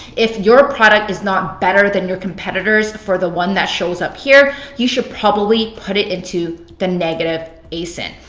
if your product is not better than your competitors for the one that shows up here, you should probably put it into the negative asin.